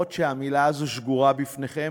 אומנם המילה הזאת שגורה בפיכם,